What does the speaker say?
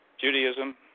Judaism